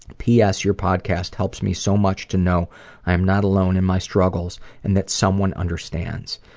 p. s. your podcast helps me so much to know i am not alone in my struggles and that someone understands.